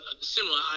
similar